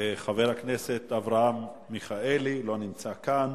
חבר הכנסת אברהם מיכאלי, לא נמצא כאן.